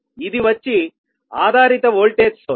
ఇది వచ్చి ఆధారిత ఓల్టేజ్ సోర్స్